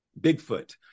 Bigfoot